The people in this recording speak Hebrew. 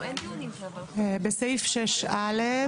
בסעיף (6)(א),